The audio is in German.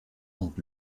und